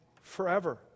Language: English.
forever